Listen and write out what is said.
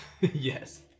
Yes